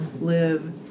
live